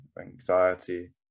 anxiety